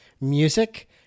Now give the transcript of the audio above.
music